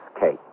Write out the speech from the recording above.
Kate